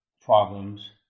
problems